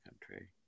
country